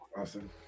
Awesome